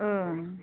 ओम